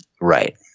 Right